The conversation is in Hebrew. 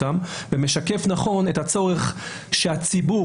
ומשקף נכון את הצורך שהציבור,